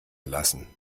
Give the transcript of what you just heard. lassen